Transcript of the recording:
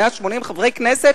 180 חברי כנסת?